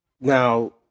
Now